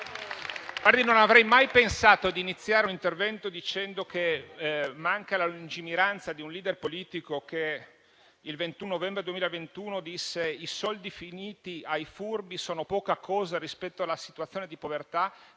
Non avrei mai pensato di iniziare un intervento dicendo che manca la lungimiranza di un *leader* politico che il 21 novembre 2021 disse: i soldi finiti ai furbi sono poca cosa rispetto alla situazione di povertà